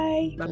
Bye